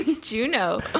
Juno